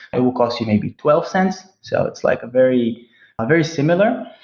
it will cost you maybe twelve cents. so it's like very very similar.